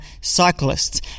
cyclists